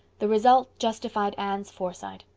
the result justified anne's foresight.